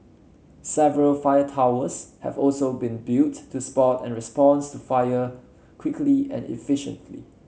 several fire towers have also been built to spot and responds to fire quickly and efficiently